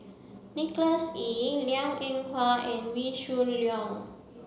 Nicholas Ee Liang Eng Hwa and Wee Shoo Leong